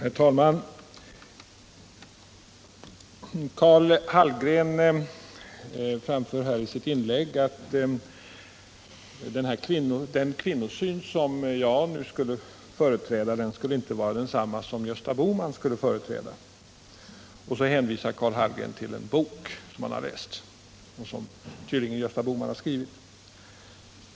Herr talman! Karl Hallgren påstod i sitt inlägg att den kvinnosyn som jag företräder inte skulle vara densamma som den Gösta Bohman företräder, och så hänvisade Karl Hallgren till en bok som han läst och som tydligen Gösta Bohman har skrivit.